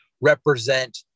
represent